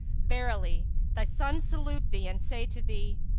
verily thy sons salute thee and say to thee,